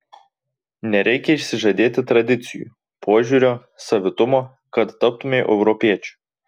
nereikia išsižadėti tradicijų požiūrio savitumo kad taptumei europiečiu